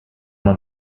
man